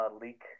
leak